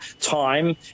time